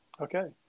Okay